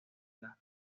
las